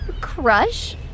Crush